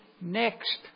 next